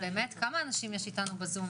כמה אנשים יש איתנו בזום?